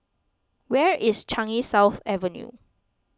where is Changi South Avenue